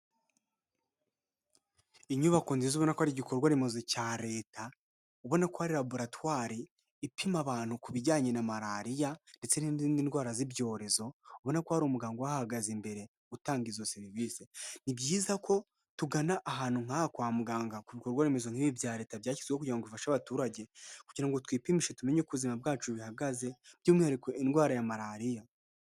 Inyubako nziza ubona ko ari igikorwa remezo cya leta ubona ko hari laboratwari ipima abantu ku bijyanye na malariya ndetse n'izindi ndwara z'ibyorezo ubona ko hari umuganga uhahagaze imbere utanga izo serivisi . Ni byiza ko tugana ahantu nk'aha kwa muganga ku bikorwa remezo nk'ibi bya leta byashyizweho kugira ngo ifashe abaturage kugira ngo twipimishe tumenye uko ubuzima bwacu buhagaze by'umwihariko indwara ya malariya.